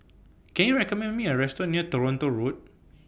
Can YOU recommend Me A Restaurant near Toronto Road